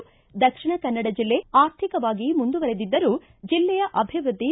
ದಕ್ಷಿಣ ಕನ್ನಡ ಜಿಲ್ಲೆ ಆರ್ಥಿಕವಾಗಿ ಮುಂದುವರೆದಿದ್ದರೂ ಜಲ್ಲೆಯ ಅಭಿವೃದ್ಧಿ